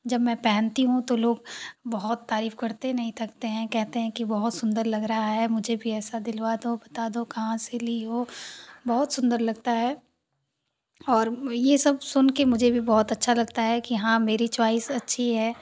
जब मैं पहनती हूँ तो लोग बहुत तारीफ करते नहीं थकते हैं कहते हैं कि बहुत सुन्दर लग रहा है मुझे भी ऐसा दिलवा दो बता दो कहाँ से ली हो बहुत सुन्दर लगता है और यह सब सुन कर मुझे भी बहुत अच्छा लगता है कि हाँ मेरी चॉइस अच्छी है